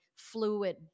Fluid